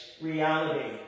reality